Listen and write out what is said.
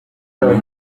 umugore